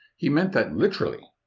he meant that literally,